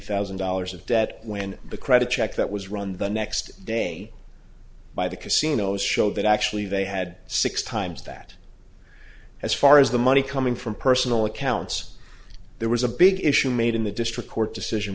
thousand dollars of debt when the credit check that was run the next day by the casinos showed that actually they had six times that as far as the money coming from personal accounts there was a big issue made in the district court decision